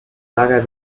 lager